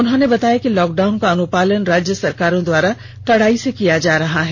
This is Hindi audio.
उन्होंने बताया कि लॉकडाउन का अनुपालन राज्य सरकारों द्वारा कड़ाई से किया जा रहा है